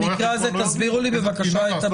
במקרה הזה תסבירו לי בבקשה את --- רואי החשבון לא יודעים?